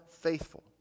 faithful